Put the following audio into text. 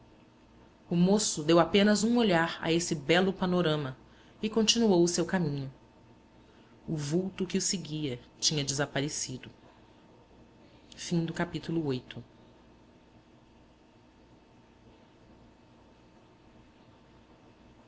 o moço deu apenas um olhar a esse belo panorama e continuou o seu caminho o vulto que o seguia tinha desaparecido o